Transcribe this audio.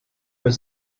was